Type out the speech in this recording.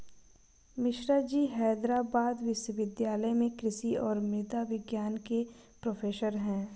मिश्राजी हैदराबाद विश्वविद्यालय में कृषि और मृदा विज्ञान के प्रोफेसर हैं